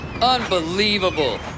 Unbelievable